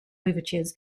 overtures